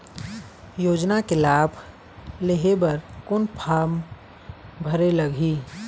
योजना के लाभ लेहे बर कोन फार्म भरे लगही?